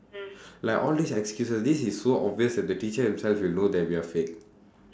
like all these excuses this is so obvious that the teacher himself will know that we are fake